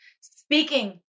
speaking